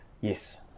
Yes